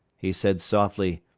he said softly,